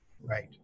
Right